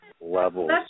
levels